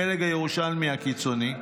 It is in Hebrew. הפלג הירושלמי הקיצוני,